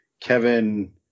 Kevin